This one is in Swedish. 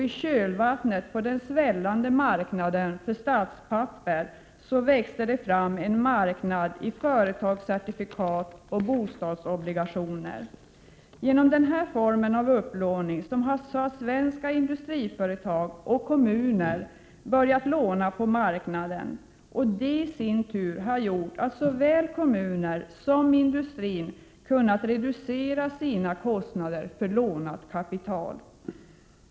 I kölvattnet på den svällande marknaden för statspapper växte det fram en marknad i företagscertifikat och bostadsobligationer. Genom den här formen av upplåning har svenska industriföretag och kommunerna börjat låna på marknaden. Det i sin tur har gjort att såväl kommuner som industrin har kunnat reducera sina kostnader för lånat kapital.